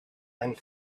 and